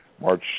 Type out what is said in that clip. March